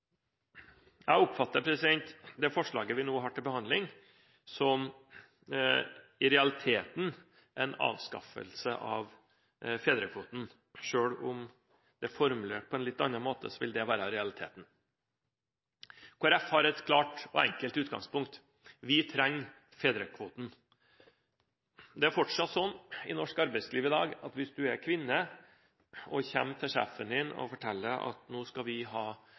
Jeg oppfatter det forslaget vi nå har til behandling som i realiteten en avskaffelse av fedrekvoten. Selv om det er formulert på en litt annen måte, vil det være realiteten. Kristelig Folkeparti har et klart og enkelt utgangspunkt: Vi trenger fedrekvoten. Det er fortsatt sånn i norsk arbeidsliv i dag at hvis du er kvinne og kommer til sjefen din og forteller at nå skal vi ha